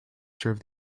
serve